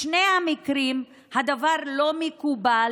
בשני המקרים הדבר לא מקובל.